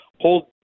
hold